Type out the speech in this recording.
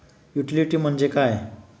Utility म्हणजे काय?